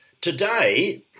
today